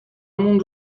مون